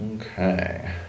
Okay